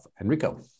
enrico